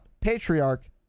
Patriarch